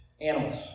animals